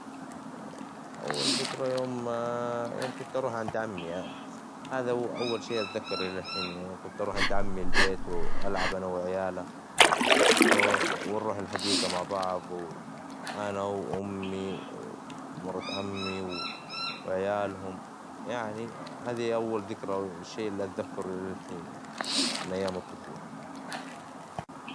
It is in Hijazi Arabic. أول ذكرى يوم كنت أروح عند عمي، هذا أول شيء أتذكره إلى الحين، كنت أروح عند أمي البيت والعبان وعياله ونروح الحديقة مع بعظ أنا أمي ومرت عمي وعيالهم، يعني هذا أول ذكرى الشي إللي أذكره إلى الحين من أيام الطفولة.